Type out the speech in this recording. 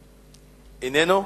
איננו.